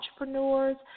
entrepreneurs